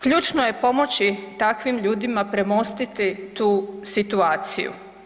Ključno je pomoći takvim ljudima premostiti tu situaciju.